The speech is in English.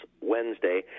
Wednesday